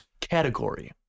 category